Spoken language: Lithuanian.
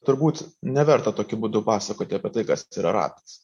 turbūt neverta tokiu būdu pasakoti apie tai kas yra ratas